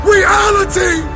Reality